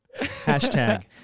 Hashtag